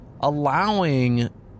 allowing